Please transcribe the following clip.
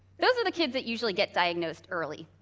those are the kids that usually get diagnosed early.